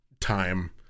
Time